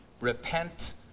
repent